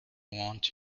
want